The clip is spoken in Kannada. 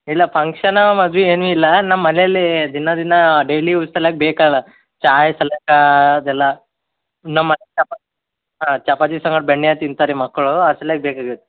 ಇಲ್ಲ ಪಂಕ್ಷನ ಮದ್ವೆ ಏನಿಲ್ಲ ನಮ್ಮ ಮನೆಯಲ್ಲಿ ದಿನಾ ದಿನಾ ಡೈಲಿ ಯೂಸ್ ಸಲ್ವಾಗ್ ಬೇಕು ಚಾಯ್ ಸಲ್ವಾಗ ಅದೆಲ್ಲ ನಮ್ಮ ಚಪಾತಿ ಸಂಗಡ ಬೆಣ್ಣೆ ತಿಂತಾರೆ ರೀ ಮಕ್ಳು ಅದ್ರ್ ಸಲ್ವಾಗ್ ಬೇಕಾಗೈತೆ